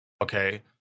Okay